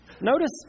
Notice